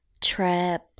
trap